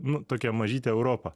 nu tokia mažytė europa